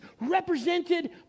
represented